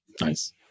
nice